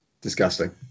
Disgusting